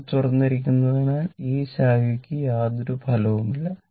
s2 തുറന്നിരിക്കുന്നതിനാൽ ഈ ശാഖയ്ക്ക് യാതൊരു ഫലവുമില്ല